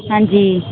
ਹਾਂਜੀ